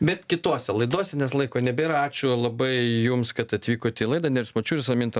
bet kitose laidose nes laiko nebėra ačiū labai jums kad atvykot į laidą nerijus mačiulis raminta